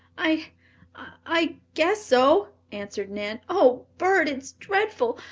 i i guess so, answered nan. oh, bert, it's dreadful!